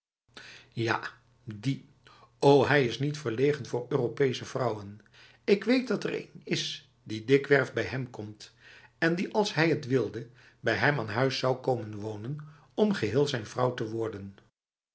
ja die o hij is niet verlegen voor europese vrouwen ik weet dat er een is die dikwerf bij hem komt en die als hij het wilde bij hem aan huis zou komen wonen om geheel zijn vrouw te worden